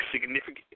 significant